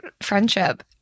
friendship